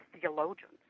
theologians